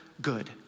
good